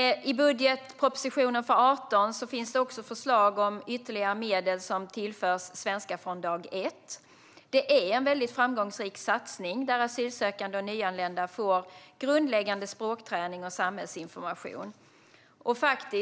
I budgetpropositionen för 2018 finns det också förslag om ytterligare medel som tillförs Svenska från dag ett. Det är en framgångsrik satsning, där asylsökande och nyanlända får grundläggande språkträning och samhällsinformation.